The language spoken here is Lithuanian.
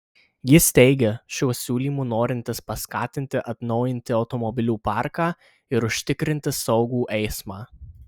jis teigia šiuo siūlymu norintis paskatinti atnaujinti automobilių parką ir užtikrinti saugų eismą